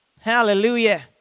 Hallelujah